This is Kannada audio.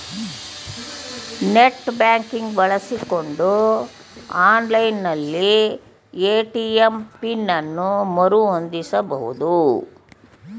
ನೆಟ್ ಬ್ಯಾಂಕಿಂಗ್ ಬಳಸಿಕೊಂಡು ಆನ್ಲೈನ್ ನಲ್ಲಿ ಎ.ಟಿ.ಎಂ ಪಿನ್ ಅನ್ನು ಮರು ಹೊಂದಿಸಬಹುದು